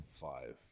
five